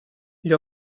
gli